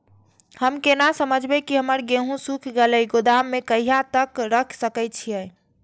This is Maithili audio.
हम केना समझबे की हमर गेहूं सुख गले गोदाम में कहिया तक रख सके छिये?